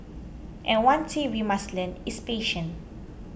and one thing we must learn is patience